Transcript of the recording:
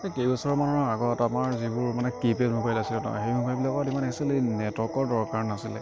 এই কেইবছৰমানৰ আগত আমাৰ যিবোৰ মানে কীপেইড মোবাইল আছিলে নহয় সেই মোবাইলবিলাকত মানে আচলতে নেটৱৰ্কৰ দৰকাৰ নাছিলে